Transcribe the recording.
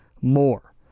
more